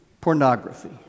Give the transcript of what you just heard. pornography